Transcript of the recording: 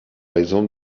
exemple